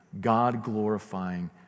God-glorifying